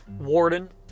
Warden